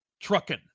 trucking